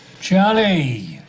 Charlie